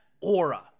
aura